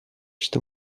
что